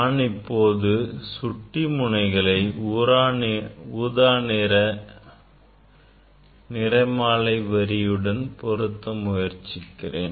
நான் இப்போது சுட்டி முனைகளை ஊதாநிற நிறமாலை வரியுடன் பொருத்த முயற்சிக்கிறேன்